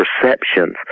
perceptions